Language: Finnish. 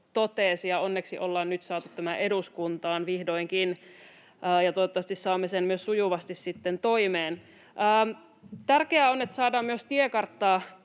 ja onneksi ollaan nyt vihdoinkin saatu tämä eduskuntaan, ja toivottavasti saamme sen myös sujuvasti sitten toimeen. Tärkeää on, että saadaan myös tiekarttaa